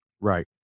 right